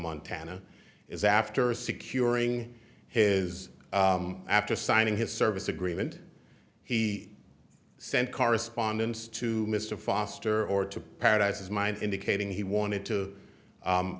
montana is after securing his after signing his service agreement he sent correspondence to mr foster or to paradise his mind indicating he wanted to